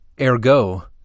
Ergo